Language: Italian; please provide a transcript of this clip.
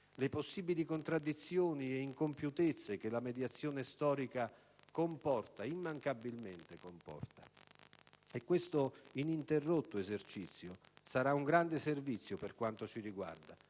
le possibili contraddizioni e incompiutezze che la mediazione storica immancabilmente comporta. E questo ininterrotto esercizio sarà un grande servizio - per quanto ci riguarda